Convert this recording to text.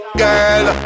girl